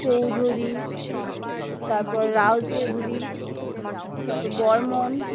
চৌধুরী তারপর রায়চৌধুরী তারপর বর্মন